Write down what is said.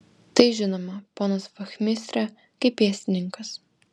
tai žinoma ponas vachmistre kaip pėstininkas